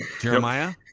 Jeremiah